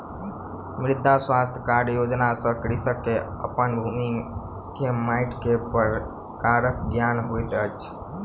मृदा स्वास्थ्य कार्ड योजना सॅ कृषक के अपन भूमि के माइट के प्रकारक ज्ञान होइत अछि